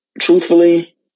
truthfully